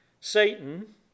Satan